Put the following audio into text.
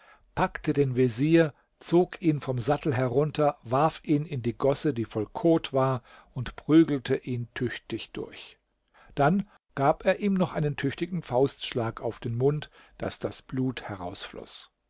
packte den vezier zog ihn vom sattel herunter warf ihn in die gosse die voll kot war und prügelte ihn tüchtig durch dann gab er ihm noch einen tüchtigen faustschlag auf den mund daß das blut herausfloß